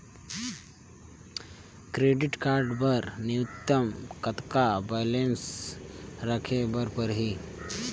Credit card बर न्यूनतम कतका बैलेंस राखे बर पड़ही?